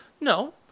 No